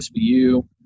SBU